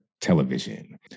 television